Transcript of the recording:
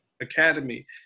Academy